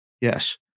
Yes